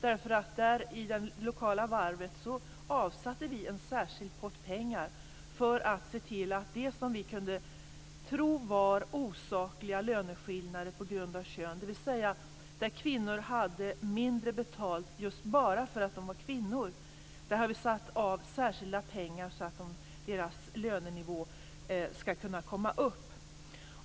I det s.k. lokala varvet avsatte vi en särskild pott pengar för det vi kunde tro var osakliga löneskillnader på grund av kön - dvs. där kvinnor hade mindre betalt bara för att de var kvinnor - så att kvinnors lönenivå skall kunna komma upp.